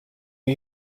are